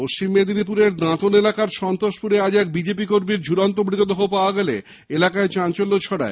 পশ্চিম মেদিনীপুরের দাঁতন এলাকার সন্তোষপুরে আজ এক বিজেপি কর্মীর ঝুলন্ত মৃতদেহ পাওয়া গেলে এলাকায় চাঞ্চল্য ছড়ায়